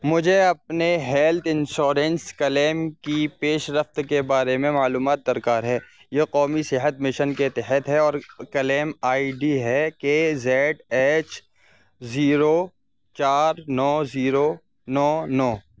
مجھے اپنے health insurance claim کی پیش رفت کے بارے میں معلومات درکار ہے یہ قومی صحت مشن کے تحت ہے اور کلیم آئی ڈی ہے کے زیڈ ایچ زیرو چار نو زیرو نو نو